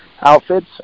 outfits